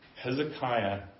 Hezekiah